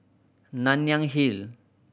Nanyang Hill